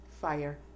fire